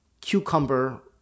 cucumber